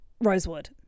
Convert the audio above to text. Rosewood